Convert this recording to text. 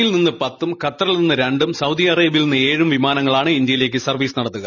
യിൽ നിന്ന് പത്തും ഖത്തറിൽ നിന്ന് രണ്ടും സൌദി അറേബൃയിൽ നിന്ന് ഏഴും വിമാനങ്ങളാണ് ഇന്തൃയിലേക്ക് സർവ്വീസ് നടത്തുന്നത്